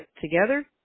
together